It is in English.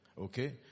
Okay